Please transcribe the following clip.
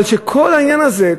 אבל כל העניין הזה,